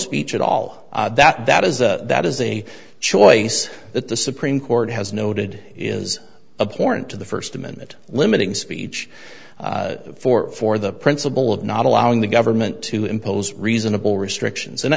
speech at all that is a that is a choice that the supreme court has noted is a point to the first amendment limiting speech for for the principle of not allowing the government to impose reasonable restrictions